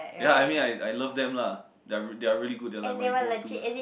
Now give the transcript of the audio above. ya I mean I I love them lah they are really good they are like my go-to